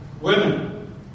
women